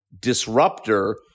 disruptor